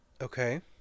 Okay